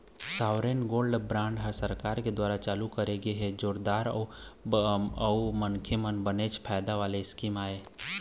sovereign gold bond ह सरकार के दुवारा चालू करे गे जोरदार अउ मनखे मन बनेच फायदा वाले स्कीम आय